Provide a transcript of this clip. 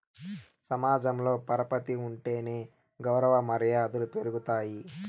సమాజంలో పరపతి ఉంటేనే గౌరవ మర్యాదలు పెరుగుతాయి